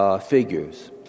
figures